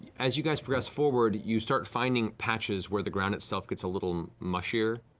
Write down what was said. as you guys progress forward, you start finding patches where the ground itself gets a little mushier,